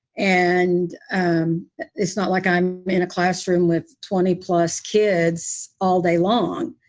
and um it's not like i'm in a classroom with twenty plus kids all day long.